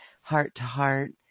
heart-to-heart